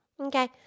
Okay